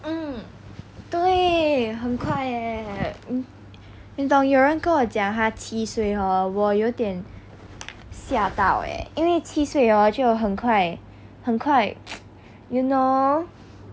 嗯对很快耶你懂有人跟我讲他七岁 hor 我有点吓到耶因为七岁就很快很快 you know